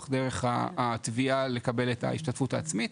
דרך התביעה לקבל את ההשתתפות העצמית,